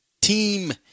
Team